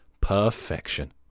Perfection